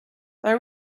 they